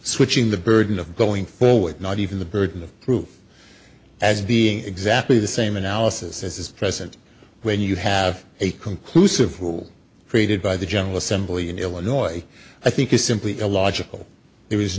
switching the burden of going forward not even the burden of proof as being exactly the same analysis as is present when you have a conclusive rule created by the general assembly in illinois i think is simply illogical there